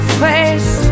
face